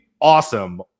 awesome